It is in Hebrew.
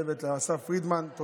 לאסף פרידמן וכמובן לכל הצוות.